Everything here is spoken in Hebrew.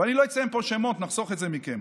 ואני לא אציין פה שמות, נחסוך את זה מכם.